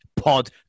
Pod